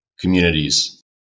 communities